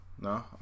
no